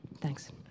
thanks